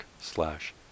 slash